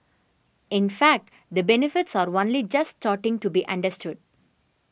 in fact the benefits are only just starting to be understood